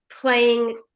playing